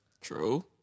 True